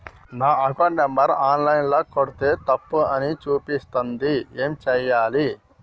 నా account number online ల కొడ్తే తప్పు అని చూపిస్తాంది ఏం చేయాలి?